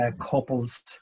couples